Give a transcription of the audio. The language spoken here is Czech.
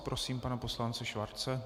Prosím pana poslance Schwarze.